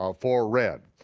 um for red.